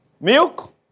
Milk